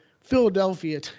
Philadelphia